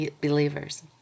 believers